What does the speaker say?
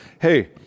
hey